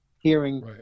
hearing